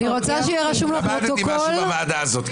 למדתי משהו בוועדה הזאת.